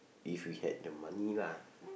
if we had the money lah